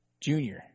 Junior